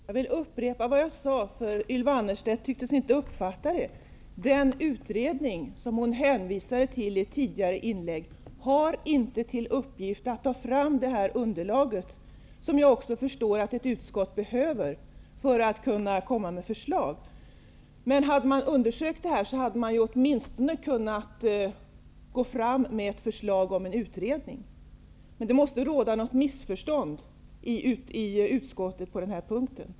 Herr talman! Jag vill upprepa vad jag sade, för Ylva Annerstedt tycktes inte uppfatta det. Den utredning som hon hänvisade till i ett tidigare inlägg har inte till uppgift att ta fram det underlag som jag förstår att ett utskott behöver för att kunna komma med förslag. Men hade man undersökt detta, hade man ju åtminstone kunnat föreslå en utredning. Det måste råda något missförstånd i utskottet på denna punkt.